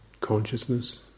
consciousness